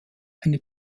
eine